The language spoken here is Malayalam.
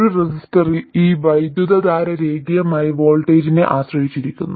ഒരു റെസിസ്റ്ററിൽ ഈ വൈദ്യുതധാര രേഖീയമായി വോൾട്ടേജിനെ ആശ്രയിച്ചിരിക്കുന്നു